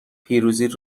پیروزیت